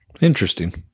Interesting